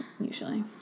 Usually